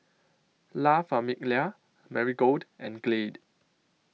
La Famiglia Marigold and Glade